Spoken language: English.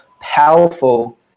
powerful